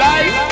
Life